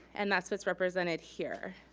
and that's what's represented here.